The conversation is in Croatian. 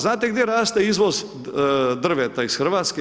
Znate li gdje raste izvoz drveta iz Hrvatske?